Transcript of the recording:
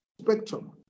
spectrum